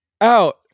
out